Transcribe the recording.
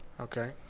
Okay